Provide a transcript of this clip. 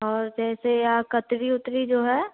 और जैसे यह कतली उतली जो है